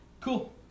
Cool